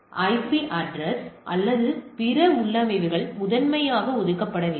எனவே IP address அல்லது பிற உள்ளமைவுகள் முதன்மையாக ஒதுக்கப்படவில்லை